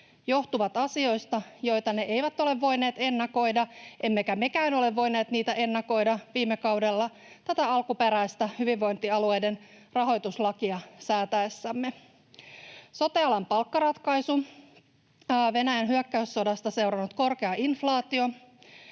johtuvat asioista, joita ne eivät ole voineet ennakoida, emmekä mekään ole voineet niitä ennakoida viime kaudella tätä alkuperäistä hyvinvointialueiden rahoituslakia säätäessämme. Sote-alan palkkaratkaisu, Venäjän hyökkäyssodasta seurannut korkea inflaatio,